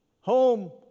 Home